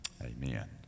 amen